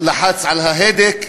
שלחץ על ההדק.